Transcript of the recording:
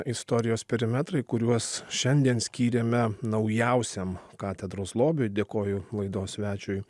istorijos perimetrai kuriuos šiandien skyrėme naujausiam katedros lobiui dėkoju laidos svečiui